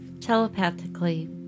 telepathically